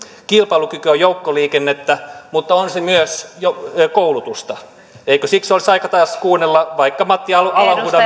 kilpailukyky on joukkoliikennettä mutta on se myös koulutusta eikö siksi olisi aika taas kuunnella vaikka matti alahuhdan